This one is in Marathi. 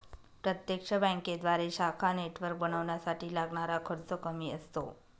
प्रत्यक्ष बँकेद्वारे शाखा नेटवर्क बनवण्यासाठी लागणारा खर्च कमी असतो